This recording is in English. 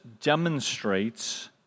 demonstrates